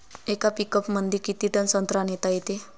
येका पिकअपमंदी किती टन संत्रा नेता येते?